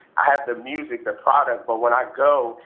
i have the music, the product, but when i go,